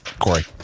Corey